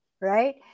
right